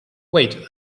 wait